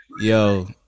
yo